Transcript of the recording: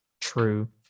true